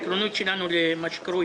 למרות ההתנגדות העקרונית שלנו למה שקרוי